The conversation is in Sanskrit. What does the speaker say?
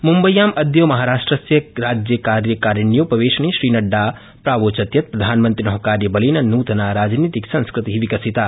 मुम्बय्यां अद्य महाराष्ट्रस्य राज्यकार्यकारिण्योपवेशने श्रीनड्डा प्रावोचत् यत् प्रधानमन्त्रिण कार्यबलेन नूतना राजनीतिकसंस्कृति विकसिता